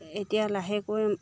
এতিয়া লাহেকৈ